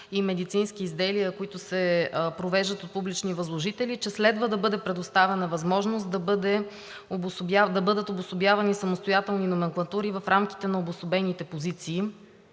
и медицинските изделия, които се провеждат от публичните възложители, че следва да бъде предоставена възможност да бъдат обособявани самостоятелни номенклатури в рамките на обособените позиции,